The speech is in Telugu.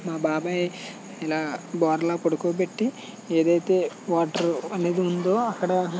మా బాబాయ్ ఇలా బోర్లా పడుకోబెట్టి ఏదైతే వాటర్ అనేది ఉందొ అక్కడ